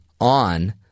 on